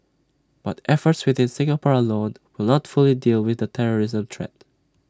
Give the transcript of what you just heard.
but efforts within Singapore alone will not fully deal with the terrorism threat